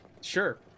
Sure